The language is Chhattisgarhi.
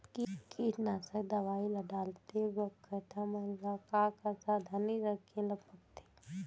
कीटनाशक दवई ल डालते बखत हमन ल का का सावधानी रखें ल पड़थे?